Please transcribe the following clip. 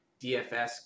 DFS